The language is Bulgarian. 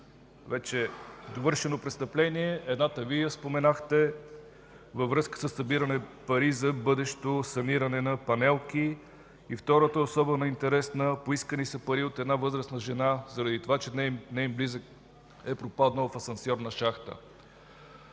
вече довършено престъпление. Едната Вие я споменахте – във връзка със събиране на пари за бъдещо саниране на панелки. Втората, особено интересна – поискани са пари от възрастна жена заради това, че неин близък е пропаднал в асансьорна шахта.